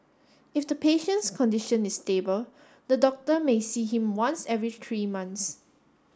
if the patient's condition is stable the doctor may see him once every tree months